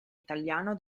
italiano